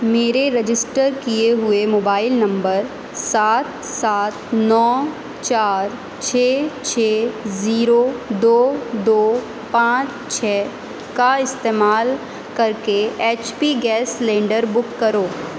میرے رجسٹر کیے ہوئے موبائل نمبر سات سات نو چار چھ چھ زیرو دو دو پانچ چھ کا استعمال کر کے H P gas cylinder book کرو